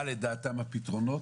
מה לדעתם הפתרונות?